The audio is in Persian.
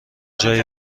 جایی